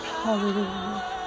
Hallelujah